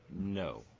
No